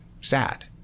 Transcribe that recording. sad